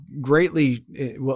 greatly